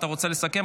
אתה רוצה לסכם,